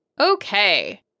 Okay